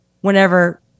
whenever